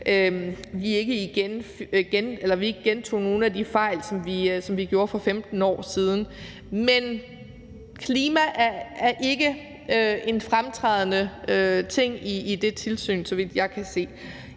at vi ikke gentager nogle af de fejl, som vi gjorde for 15 år siden. Men klima er ikke en fremtrædende ting i det tilsyn, så vidt jeg kan se.